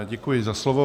Děkuji za slovo.